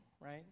right